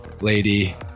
Lady